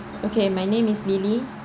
okay my name is lily